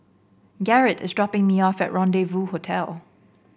Garret is dropping me off at Rendezvous Hotel